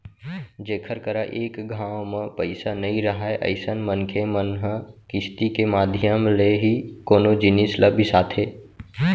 जेखर करा एक घांव म पइसा नइ राहय अइसन मनखे मन ह किस्ती के माधियम ले ही कोनो जिनिस ल बिसाथे